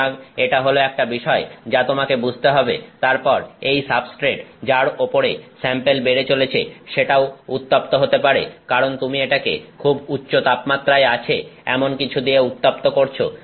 সুতরাং এটা হল একটা বিষয় যা তোমাকে বুঝতে হবে তারপর এই সাবস্ট্রেট যার ওপরে স্যাম্পেল বেড়ে চলেছে সেটাও উত্তপ্ত হতে পারে কারণ তুমি এটাকে খুব উচ্চ তাপমাত্রায় আছে এমন কিছু দিয়ে উত্তপ্ত করছো